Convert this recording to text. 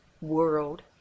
world